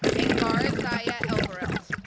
angarazaya elberelt